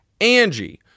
angie